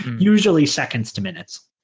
usually seconds to minutes.